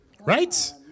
Right